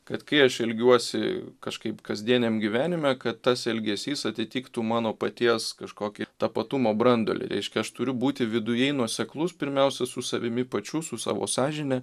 kad kai aš ilgiuosi kažkaip kasdieniame gyvenime kad tas elgesys atitiktų mano paties kažkokį tapatumo branduolį reiškia aš turiu būti vidujai nuoseklus pirmiausia su savimi pačių su savo sąžine